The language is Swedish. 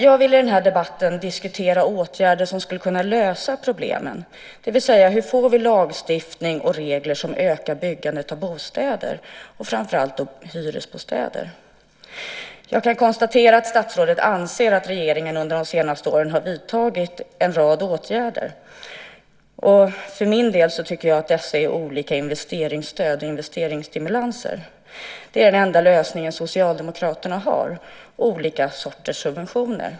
Jag vill i den här debatten diskutera åtgärder som skulle kunna lösa problemen, det vill säga: Hur får vi lagstiftning och regler som ökar byggandet av bostäder, framför allt hyresbostäder? Jag kan konstatera att statsrådet anser att regeringen under de senaste åren har vidtagit en rad åtgärder. För min del tycker jag att dessa är olika investeringsstöd och investeringsstimulanser. Det är den enda lösningen som Socialdemokraterna har - olika sorters subventioner.